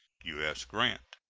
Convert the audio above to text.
u s. grant.